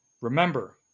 remember